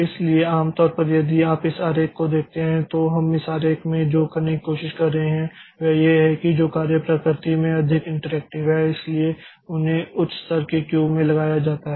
इसलिए आम तौर पर यदि आप इस आरेख को देखते हैं तो हम इस आरेख में जो करने की कोशिश कर रहे हैं वह यह है कि जो कार्य प्रकृति में अधिक इंटरैक्टिव हैं इसलिए उन्हें उच्च स्तर की क्यू में लगाया जाता है